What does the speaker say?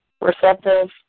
receptive